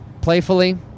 playfully